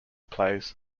plays